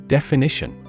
Definition